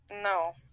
No